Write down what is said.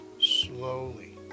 Slowly